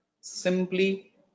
Simply